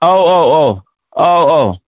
औ औ औ औ